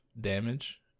damage